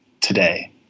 today